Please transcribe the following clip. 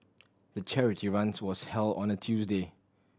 the charity runs was held on a Tuesday